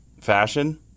Fashion